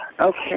Okay